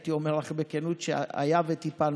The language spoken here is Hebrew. הייתי אומר לך בכנות שהיה וטיפלנו.